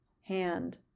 hand